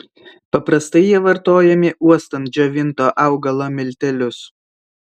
paprastai jie vartojami uostant džiovinto augalo miltelius